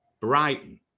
Brighton